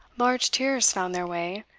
large tears found their way,